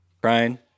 Crying